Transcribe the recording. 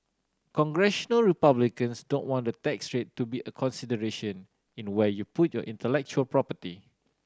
Congressional Republicans don't want the tax rate to be a consideration in where you put your intellectual property